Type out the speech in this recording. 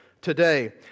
today